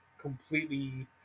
completely